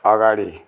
अगाडि